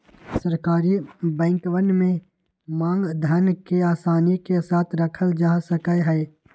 सरकारी बैंकवन में मांग धन के आसानी के साथ रखल जा सका हई